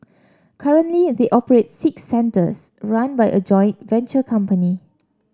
currently they operate six centres run by a joint venture company